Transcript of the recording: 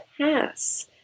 pass